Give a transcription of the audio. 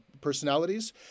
personalities